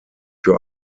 für